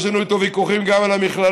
יש לנו איתו ויכוחים גם על המכללות.